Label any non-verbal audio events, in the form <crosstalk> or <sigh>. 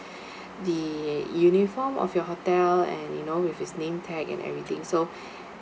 <breath> the uniform of your hotel and you know with his name tag and everything so <breath>